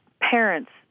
parents